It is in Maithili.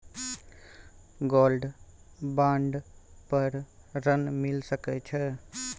गोल्ड बॉन्ड पर ऋण मिल सके छै?